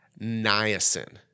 niacin